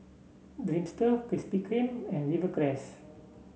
Dreamster Krispy Kreme and Rivercrest